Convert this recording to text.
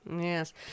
yes